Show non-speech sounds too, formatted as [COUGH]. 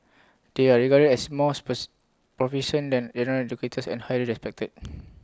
they are regarded as more [UNINTELLIGIBLE] proficient than general educators and highly respected